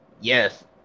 Yes